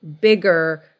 bigger